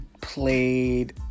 played